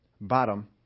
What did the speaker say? bottom